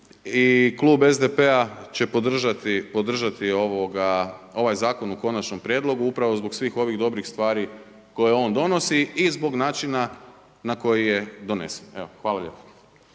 i klub SDP-a će podržati ovaj zakon u konačnom prijedlogu upravo zbog svih ovih dobrih stvari koje on donosi i zbog načina na koji je donesen. Evo hvala lijepo.